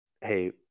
hey